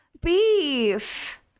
beef